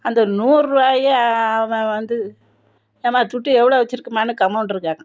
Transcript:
அந்த நூறுபாய அவன் வந்து ஏம்மா துட்டு எவ்வளோ வச்சிருக்கமானு கம்மோன்ரு கேட்டான்